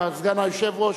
סגן היושב-ראש,